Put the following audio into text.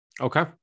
Okay